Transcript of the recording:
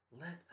Let